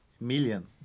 million